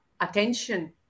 attention